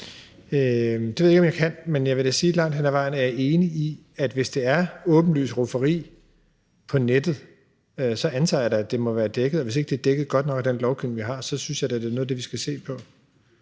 Det ved jeg ikke om jeg kan. Men jeg vil da sige, at jeg langt hen ad vejen er enig i, at hvis det er åbenlyst rufferi på nettet, så antager jeg da, at det må være dækket af lovgivningen. Og hvis ikke det er dækket godt nok af den lovgivning, vi har, synes jeg da, at det er noget af det, vi skal se på.